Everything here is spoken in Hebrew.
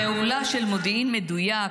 פעולה של מודיעין מדויק,